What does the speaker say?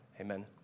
Amen